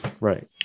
Right